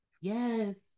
yes